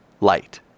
Light